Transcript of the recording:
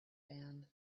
band